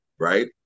Right